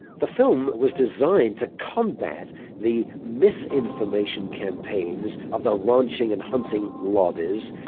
the film was designed to combat the misinformation campaigns of the ranching and hunting lobbies,